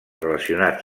relacionats